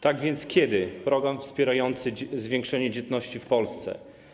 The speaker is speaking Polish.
Tak więc kiedy program wspierający zwiększenie dzietności w Polsce?